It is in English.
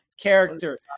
character